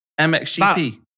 MXGP